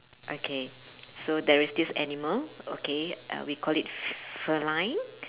okay so there is this animal okay uh we call it feline